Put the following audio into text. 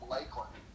Lakeland